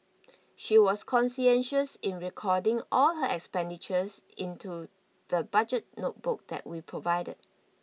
she was conscientious in recording all her expenditures into the budget notebook that we provided